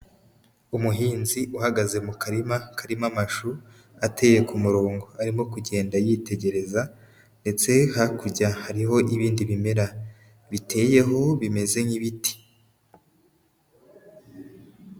Umuhinzi uhagaze mu karima karimo amashu ateye ku murongo, arimo kugenda yitegereza ndetse hakurya hariho n'ibindi bimera biteyeho bimeze nk'ibiti.